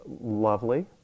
lovely